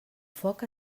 foc